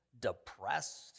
depressed